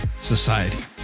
society